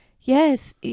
Yes